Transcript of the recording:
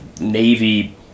navy